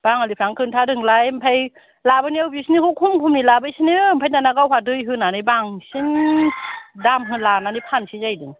बाङालिफ्रानो खोन्थादोंलाय ओमफ्राय लाबोनायाव बिसिनिखौ खम खमनि लाबोसैनो ओमफ्राय दाना गावहा दै होनानै बांसिन दाम होनलानानै फानसै जाहैदों